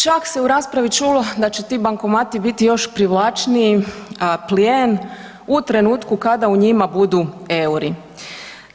Čak se u raspravi čulo da će ti bankomati biti još privlačniji plijen u trenutku kada u njima budu EUR-i.